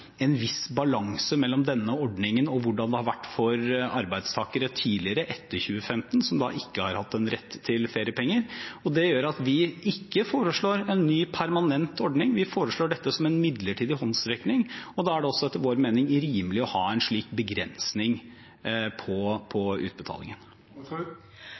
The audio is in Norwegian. viss balanse mellom denne ordningen og hvordan det har vært for arbeidstakere tidligere etter 2015 som ikke har hatt rett til feriepenger. Det gjør at vi ikke foreslår en ny permanent ordning. Vi foreslår dette som en midlertidig håndsrekning, og da er det også etter vår mening rimelig å ha en slik begrensning på